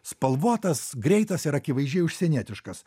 spalvotas greitas ir akivaizdžiai užsienietiškas